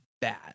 bad